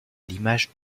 l’image